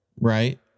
Right